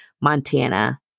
Montana